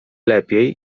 lepiej